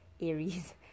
Aries